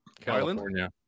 California